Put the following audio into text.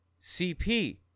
CP